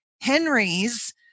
Henry's